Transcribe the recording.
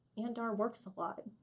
aunt dar works a lot.